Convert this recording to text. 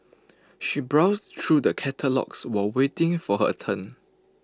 she browsed through the catalogues while waiting for her turn